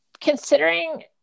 considering